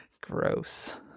Gross